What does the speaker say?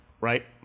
right